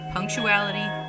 Punctuality